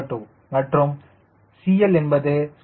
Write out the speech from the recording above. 02 மற்றும் CL என்பதுCDOK